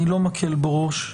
אני לא מקל בו ראש.